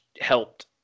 helped